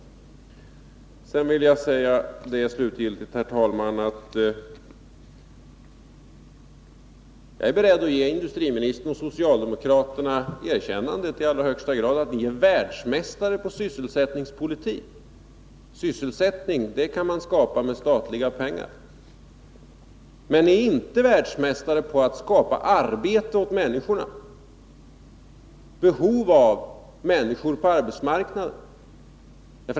Slutligen vill jag säga, herr talman, att jag utan vidare är beredd att ge industriministern och socialdemokraterna det erkännandet, att ni är världsmästare på sysselsättningspolitik. Sysselsättning kan man skapa med statliga pengar. Men ni är inte världsmästare på att skapa arbete åt människorna, behov av människor på arbetsmarknaden.